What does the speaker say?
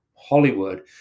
Hollywood